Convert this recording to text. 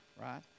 right